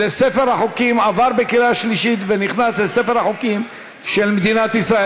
עבר בקריאה שלישית ונכנס לספר החוקים של מדינת ישראל.